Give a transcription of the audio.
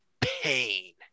pain